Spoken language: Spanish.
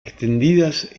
extendidas